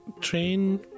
train